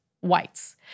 whites